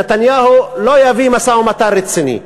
נתניהו לא יביא משא-ומתן רציני.